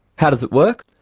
how does it work?